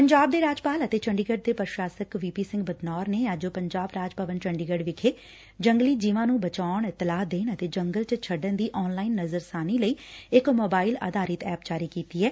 ਪੰਜਾਬ ਦੇ ਰਾਜਪਾਲ ਅਤੇ ਚੰਡੀਗੜੁ ਦੇ ਪ੍ਸ਼ਾਸਕ ਵੀ ਪੀ ਸਿੰਘ ਬਦਨੌਰ ਨੇ ਅੱਜ ਪੰਜਾਬ ਰਾਜ ਭਵਨ ਚੰਡੀਗੜੁ ਵਿਖੇ ਜੰਗਲੀ ਜੀਵਾਂ ਨੂੰ ਬਚਾਉਣ ਇਤਲਾਹ ਦੇਣ ਅਤੇ ਜੰਗਲ ਚ ਛੱਡਣ ਦੀ ਆਨ ਲਾਈਨ ਨਜ਼ਰਸ਼ਾਨੀ ਲਈ ਇਕ ਮੋਬਾਇਲ ਆਧਾਰਿਤ ਐਪ ਜਾਰੀ ਕੀਤੀ ਐ